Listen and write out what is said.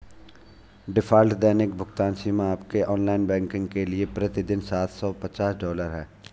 default दैनिक भुगतान सीमा आपके ऑनलाइन बैंकिंग के लिए प्रति दिन सात सौ पचास डॉलर है